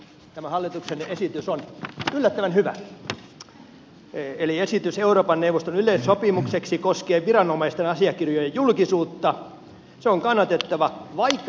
tämä hallituksen esitys on yllättävän hyvä eli esitys euroopan neuvoston yleissopimukseksi koskien viranomaisten asiakirjojen julkisuutta on kannatettava vaikka pohjaesitys tuleekin brysselistä